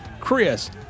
Chris